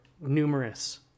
numerous